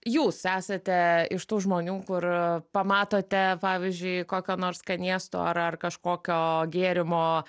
jūs esate iš tų žmonių kur pamatote pavyzdžiui kokio nors skanėsto ar ar kažkokio gėrimo